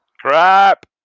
Crap